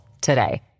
today